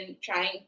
trying